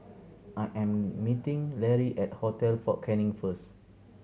I am meeting Lary at Hotel Fort Canning first